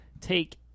take